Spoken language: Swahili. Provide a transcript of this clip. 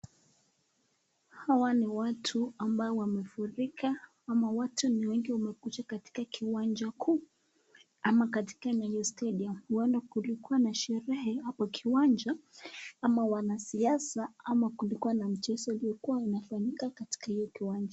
Hawa ni watu ambao wamefurika, ama watu ni wengi wamekuja katika kiwanja huu. Ama katika kwenye stadium . Huenda kulikuwa na sherehe hapo kiwanja, ama wanasiasa, ama kulikuwa na mchezo iliokuwa inafanyika katika hiyo kiwanja.